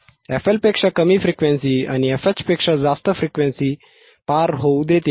fL पेक्षा कमी frequency आणि fH पेक्षा जास्त फ्रिक्वेन्सी पार होऊ देतील